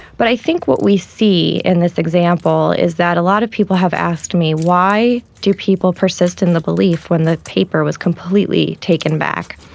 but i think what we see in this example is that a lot of people have asked me why do people persist in the belief when the paper was completely taken back?